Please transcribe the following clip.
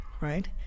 right